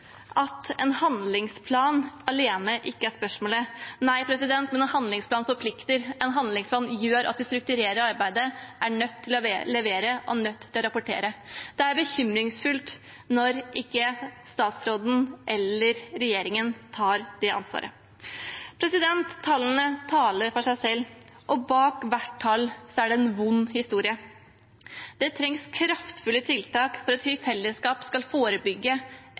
at en handlingsplan alene ikke er svaret. Nei, men en handlingsplan forplikter, en handlingsplan gjør at en strukturerer arbeidet, er nødt til å levere og er nødt til å rapportere. Det er bekymringsfullt når statsråden eller regjeringen ikke tar det ansvaret. Tallene taler for seg selv – og bak hvert tall er det en vond historie. Det trengs kraftfulle tiltak for at vi i fellesskap skal forebygge,